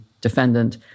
defendant